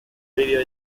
vídeo